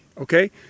okay